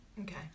Okay